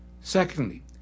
Secondly